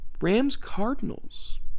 Rams-Cardinals